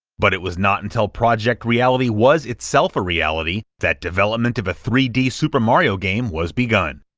but it was not until project reality was itself a reality, that development of a three d super mario game was begun.